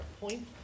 point